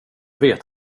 vet